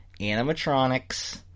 animatronics